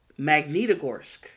Magnitogorsk